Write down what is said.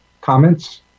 comments